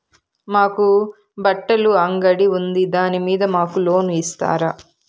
మాకు బట్టలు అంగడి ఉంది దాని మీద మాకు లోను ఇస్తారా